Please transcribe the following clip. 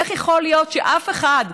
איך יכול להיות שאף אחד,